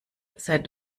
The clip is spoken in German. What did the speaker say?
seit